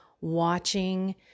watching